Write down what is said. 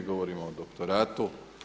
Govorim o doktoratu.